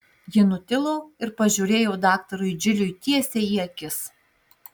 ji nutilo ir pažiūrėjo daktarui džiliui tiesiai į akis